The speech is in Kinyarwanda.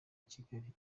kigali